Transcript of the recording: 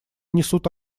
несут